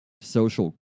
social